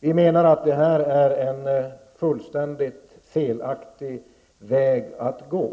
Vi menar att det här är en fullständigt felaktig väg att gå.